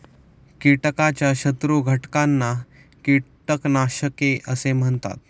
कीटकाच्या शत्रू घटकांना कीटकनाशके असे म्हणतात